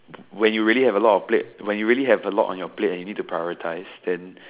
when you really have a lot of plate when you really have a lot on your plate and you need to prioritize then